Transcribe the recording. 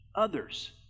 others